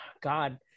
god